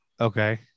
okay